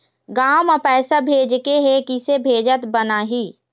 गांव म पैसे भेजेके हे, किसे भेजत बनाहि?